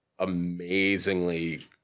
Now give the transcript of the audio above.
amazingly